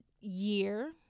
year